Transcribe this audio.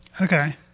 Okay